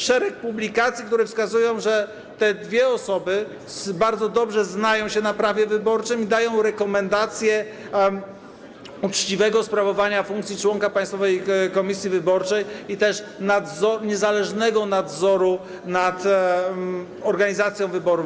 Szereg publikacji, które wskazują na to, że te dwie osoby bardzo dobrze znają się na prawie wyborczym i dają rekomendację uczciwego sprawowania funkcji członka Państwowej Komisji Wyborczej i też niezależnego nadzoru nad organizacją wyborów.